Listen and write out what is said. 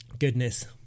goodness